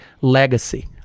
legacy